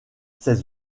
ces